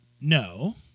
no